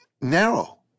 narrow